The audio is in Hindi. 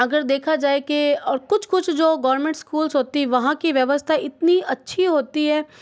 अगर देखा जाए कि कुछ कुछ जो गवरमेंट स्कूल होती वहाँ की व्यवस्था इतनी अच्छी होती है